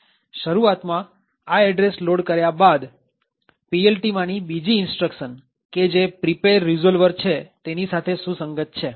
શરૂઆતમાં આ address load કર્યા બાદ PLTમાંની બીજી instruction કે જે prepare resolver છે તેની સાથે સુસંગત છે